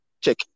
check